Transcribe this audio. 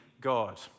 God